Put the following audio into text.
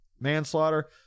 manslaughter